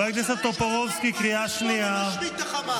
שמענו, מתי, כשתשמידו את החמאס?